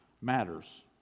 matters